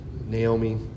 Naomi